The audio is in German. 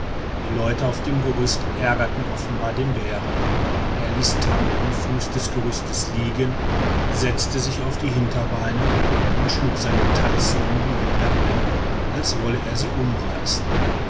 die leute auf dem gerüst ärgerten offenbar den bären er ließ tam am fuß des gerüstes liegen setzte sich auf die hinterbeine und schlug seine tatzen in die winde ein als wolle er sie umreißen